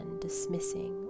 dismissing